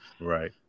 right